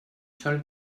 sol